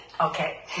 Okay